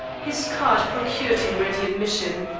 his card procured him ready admission.